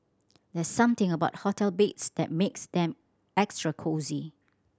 there's something about hotel beds that makes them extra cosy